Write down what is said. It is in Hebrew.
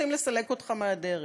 רוצים לסלק אותך מהדרך,